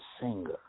singer